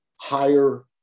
higher